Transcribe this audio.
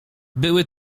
były